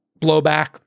blowback